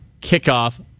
kickoff